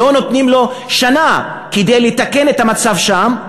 לא נותנים לו שנה כדי לתקן את המצב שם,